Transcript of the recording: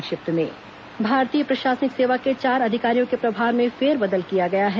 संक्षिप्त समाचार भारतीय प्रशासनिक सेवा के चार अधिकारियों के प्रभार में फेरबदल किया गया है